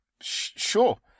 Sure